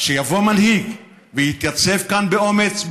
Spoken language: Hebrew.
שיבוא מנהיג ויתייצב כאן באומץ,